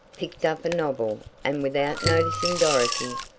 picked up a novel, and without noticing dorothy,